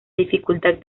dificultad